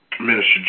Minister